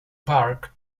park